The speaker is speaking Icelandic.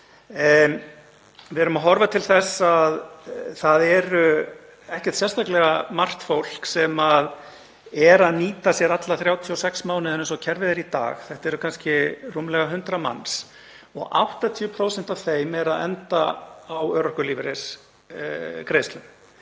Við erum að horfa til þess að það er ekkert sérstaklega margt fólk sem er að nýta sér alla 36 mánuðina eins og kerfið er í dag. Þetta eru kannski rúmlega 100 manns og 80% af þeim enda á örorkulífeyrisgreiðslum.